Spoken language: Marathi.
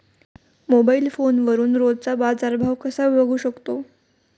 मोबाइल फोनवरून रोजचा बाजारभाव कसा बघू शकतो?